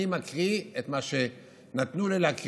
אני מקריא את מה שנתנו לי להקריא,